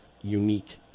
unique